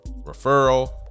referral